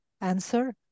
answer